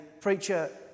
preacher